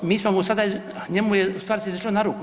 Mi smo mu sada, njemu se ustvari izašlo na ruku.